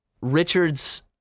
Richard's